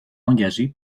engagé